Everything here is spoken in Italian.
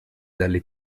dalle